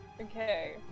Okay